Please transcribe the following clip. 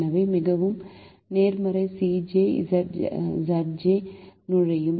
எனவே மிகவும் நேர்மறை Cj Zj நுழையும்